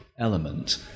element